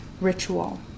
ritual